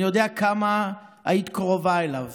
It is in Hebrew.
אני יודע כמה היית קרובה אליו